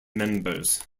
members